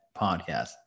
Podcast